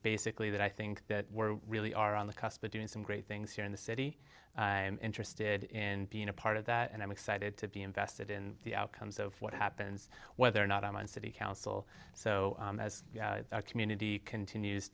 basically that i think that we're really are on the cusp of doing some great things here in the city and interested in being a part of that and i'm excited to be invested in the outcomes of what happens whether or not i'm on city council so as our community continues